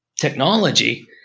technology